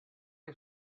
que